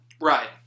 Right